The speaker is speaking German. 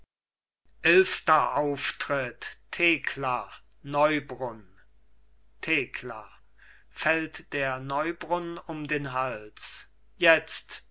eilfter auftritt thekla neubrunn thekla fällt der neubrunn um den hals jetzt